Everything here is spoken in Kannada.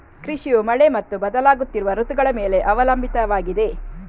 ಕೃಷಿಯು ಮಳೆ ಮತ್ತು ಬದಲಾಗುತ್ತಿರುವ ಋತುಗಳ ಮೇಲೆ ಅವಲಂಬಿತವಾಗಿದೆ